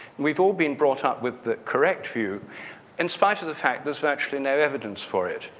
we've all been brought up with the correct view in spite of the fact there's actually no evidence for it.